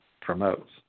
promotes